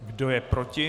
Kdo je proti?